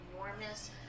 enormous